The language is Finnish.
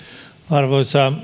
arvoisa